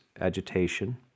agitation